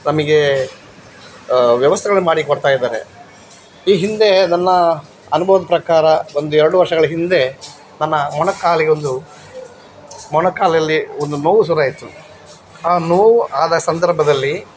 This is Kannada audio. ನಮಗೆ ವ್ಯವಸ್ತೆಗಳನ್ನು ಮಾಡಿ ಕೊಡ್ತಾಯಿದ್ದಾರೆ ಈ ಹಿಂದೆ ನನ್ನ ಅನ್ಭವದ ಪ್ರಕಾರ ಒಂದು ಎರಡು ವರ್ಷಗಳ ಹಿಂದೆ ನನ್ನ ಮೊಣಕಾಲಿಗೊಂದು ಮೊಣಕಾಲಲ್ಲಿ ಒಂದು ನೋವು ಶುರು ಆಯಿತು ಆ ನೋವು ಆದ ಸಂದರ್ಭದಲ್ಲಿ